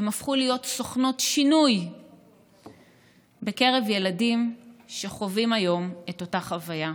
הן הפכו להיות סוכנות שינוי בקרב ילדים שחווים היום את אותה חוויה.